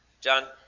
John